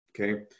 okay